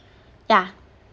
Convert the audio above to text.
yeah